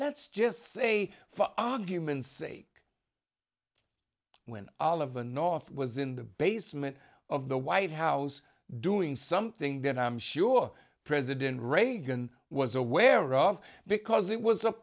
let's just say for argument's sake when oliver north was in the basement of the white house doing something that i'm sure president reagan was aware of because it was a